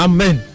Amen